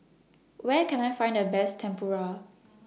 Where Can I Find The Best Tempura